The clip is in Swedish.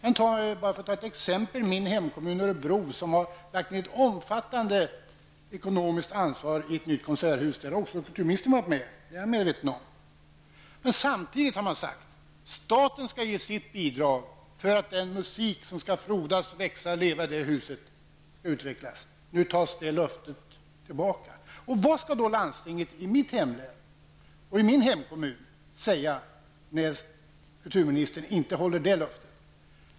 Låt mig ta ett exempel från min hemkommun Örebro, som gått in med ett omfattande ekonomiskt ansvar i ett nytt konserthus. Där har också kulturministern varit med, det är jag medveten om. Samtidigt har man sagt att staten skall ge sitt bidrag för att den musik som skall frodas, växa och leva i det huset skall utvecklas. Men nu tas det löftet tillbaka. Vad skall landstinget och kommunen i min hemort då säga när utbildningsministern inte håller det löftet?